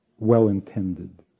well-intended